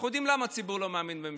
אנחנו יודעים למה הציבור לא מאמין בממשלה,